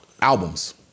Albums